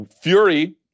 Fury